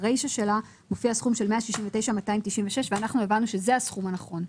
ברישה שלה מופיע סכום של 169,296,000 שקל ואנחנו הבנו שזה הסכום הנכון.